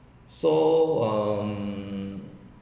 so um